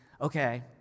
okay